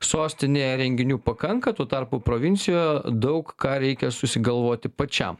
sostinėje renginių pakanka tuo tarpu provincijoje daug ką reikia susigalvoti pačiam